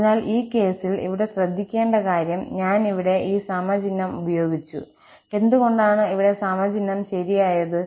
അതിനാൽ ഈ കേസിൽ ഇവിടെ ശ്രദ്ധിക്കേണ്ട കാര്യം ഞാൻ ഇവിടെ ഈ സമ ചിഹ്നം ഉപയോഗിച്ചു എന്തുകൊണ്ടാണ് ഇവിടെ സമ ചിഹ്നം ശരിയായത്